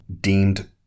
deemed